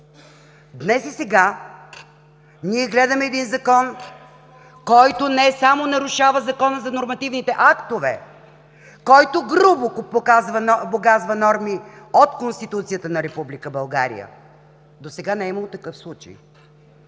Днес и сега ние гледаме един Закон, който не само нарушава Закона за нормативните актове, който грубо погазва норми от Конституцията на Република България – досега не е имало такъв случай.